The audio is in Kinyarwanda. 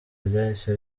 ryahise